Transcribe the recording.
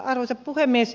arvoisa puhemies